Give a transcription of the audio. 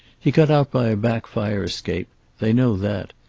he got out by a back fire-escape they know that.